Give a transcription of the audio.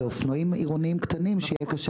אלה אופנועים עירוניים קטנים שיהיה קשה